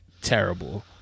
Terrible